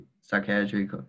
psychiatric